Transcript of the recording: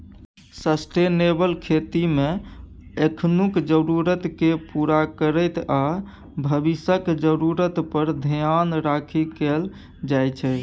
sustainable खेतीमे एखनुक जरुरतकेँ पुरा करैत आ भबिसक जरुरत पर धेआन राखि कएल जाइ छै